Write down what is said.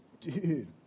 dude